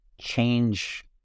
change